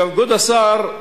כבוד השר,